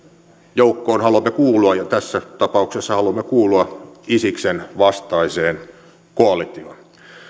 joukkoon haluamme kuulua ja tässä tapauksessa haluamme kuulua isiksen vastaiseen koalitioon